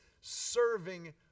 serving